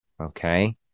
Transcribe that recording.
Okay